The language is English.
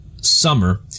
summer